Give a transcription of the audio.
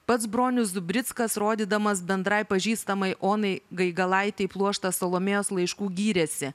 pats bronius zubrickas rodydamas bendrai pažįstamai onai gaigalaitei pluoštą salomėjos laiškų gyrėsi